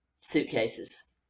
suitcases